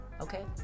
okay